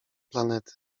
planety